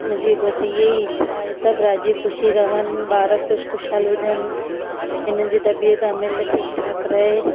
मुंहिंजी बसि हीअई इच्छा आहे सभु राज़ी ख़ुशी रहनि ॿार ख़ुशि ख़ुशहाल हुजनि हिननि जी तबियत हमेशह ठीकु ठाकु रहे